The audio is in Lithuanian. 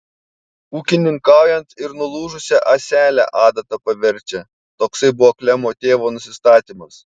ūkininkaujant ir nulūžusia ąsele adata praverčia toksai buvo klemo tėvo nusistatymas